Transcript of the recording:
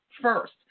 first